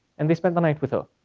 and they spend the night with her,